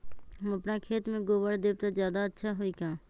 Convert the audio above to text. हम अपना खेत में गोबर देब त ज्यादा अच्छा होई का?